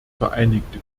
vereinigte